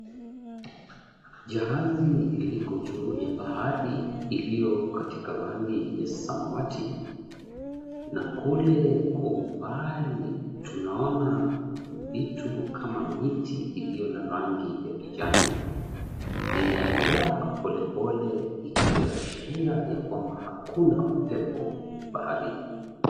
Jahazi liliko juu ya bahari iliyo katika rangi ya samawati, na kule kwa umbali tunaona vitu kama miti iliyo na rangi ya kijani. Linaelea pole pole ikiashiria ya kwamba hakuna upepo baharini.